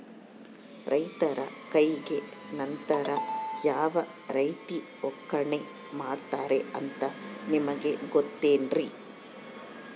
ರೈತರ ಕೈಗೆ ನಂತರ ಯಾವ ರೇತಿ ಒಕ್ಕಣೆ ಮಾಡ್ತಾರೆ ಅಂತ ನಿಮಗೆ ಗೊತ್ತೇನ್ರಿ?